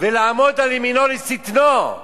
ולעמוד על ימינו לשטנו?